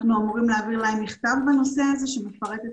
אנחנו אמורים להעביר להם מכתב בנושא הזה שמפרט את